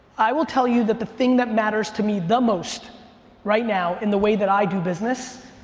i will tell you that the thing that matters to me the most right now and the way that i do business,